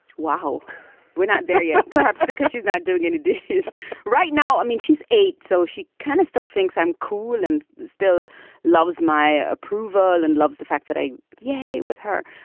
wow we're not there yet. perhaps because she's not doing any dishes right now. i mean, she's eight. so she kind of still thinks i'm cool and still loves my approval and loves the fact that i. yay! with her.